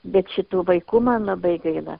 bet šitų vaikų man labai gaila